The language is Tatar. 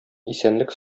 исәнлек